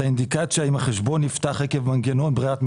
האינדיקציה אם החשבון נפתח עקב מנגנון ברירת מחדל,